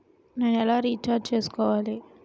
నేను ఎలా రీఛార్జ్ చేయించుకోవాలి?